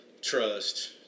Trust